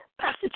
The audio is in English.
Pastor